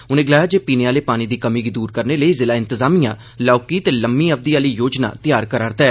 उनें गलाया जे पीने आहले पानी दी कमी गी दूर करने लेई जिला इंतजामिया लौहकी ते लम्मी अवधि आहली योजना तैयार करा'रदा ऐ